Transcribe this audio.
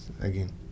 again